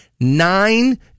Nine